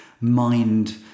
mind